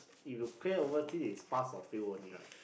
if you clear overseas is pass or fail only right